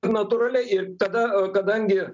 natūraliai ir tada kadangi